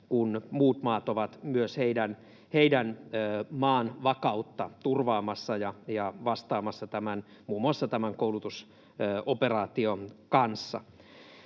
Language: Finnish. kun muut maat ovat myös heidän maansa vakautta turvaamassa ja vastaamassa muun muassa tämän koulutusoperaation osalta.